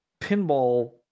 pinball